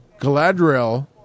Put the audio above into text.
Galadriel